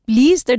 Please